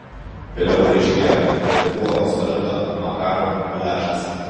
vėliau paaiškėjo kad tai buvo pistoleto makarov muliažas